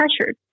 pressure